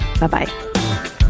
Bye-bye